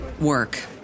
work